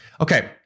Okay